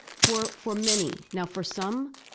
for for many. now, for some,